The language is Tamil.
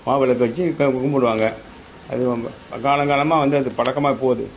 மாவிளக்கு வச்சு கும்பிடுவாங்க அது காலங்கலாமாக வந்து அது பழக்கமா போது